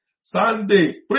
Sunday